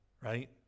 right